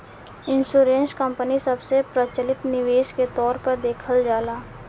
insurance company सबसे प्रचलित निवेश के तौर पर देखल जाला